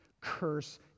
Curse